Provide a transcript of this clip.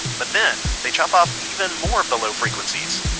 but then, they chop off even more of the low frequencies.